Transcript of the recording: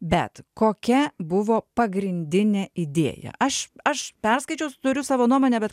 bet kokia buvo pagrindinė idėja aš aš perskaičius turiu savo nuomonę bet